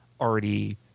already